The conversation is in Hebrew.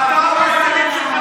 אתה והילדים שלך